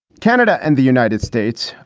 canada and the united states,